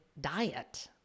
diet